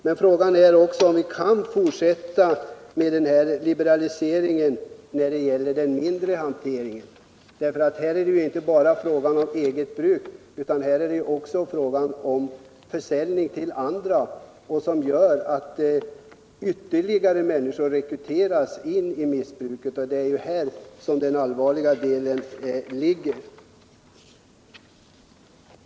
Men frågan är också om vi kan fortsätta med liberaliseringen när det gäller den mindre hanteringen. Här är det inte bara fråga om eget bruk utan också om försäljning till andra, vilket gör att ytterligare människor rekryteras in i missbruket. Detta är ju den allvarliga delen.